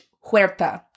Huerta